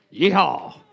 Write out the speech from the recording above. Yeehaw